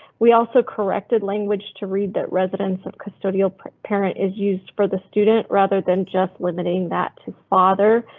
we also corrected language to read that residents of custodial parent is used for the student rather than just limiting that to father.